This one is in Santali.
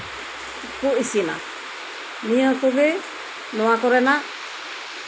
ᱤᱥᱤᱱᱟ ᱱᱤᱭᱟᱹ ᱠᱚᱜᱮ ᱱᱚᱣᱟ ᱠᱚᱨᱮᱱᱟᱜ